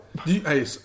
hey